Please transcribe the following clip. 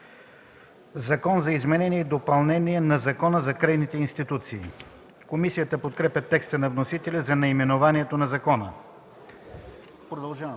„Закон за изменение и допълнение на Закона за кредитните институции”.” Комисията подкрепя текста на вносителя за наименованието на закона. По § 1 има